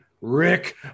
Rick